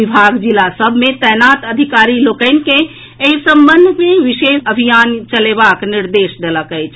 विभाग जिला सभ मे तैनात अधिकारी लोकनि के एहि संबंध मे विशेष अभियान चलेबाक निर्देश देलक अछि